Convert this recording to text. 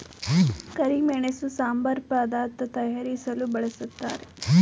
ಕರಿಮೆಣಸು ಸಾಂಬಾರು ಪದಾರ್ಥ ತಯಾರಿಸಲು ಬಳ್ಸತ್ತರೆ